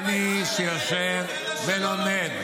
-- למי שיושב ולומד.